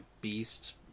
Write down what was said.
beast